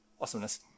Awesomeness